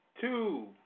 two